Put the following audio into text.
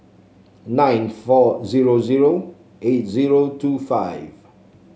nine four zero zero eight zero two five